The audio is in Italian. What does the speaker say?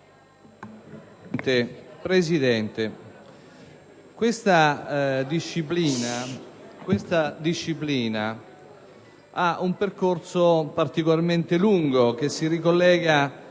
Presidente, questa disciplina ha un percorso particolarmente lungo, che si ricollega